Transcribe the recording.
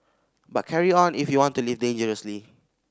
but carry on if you want to live dangerously